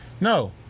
No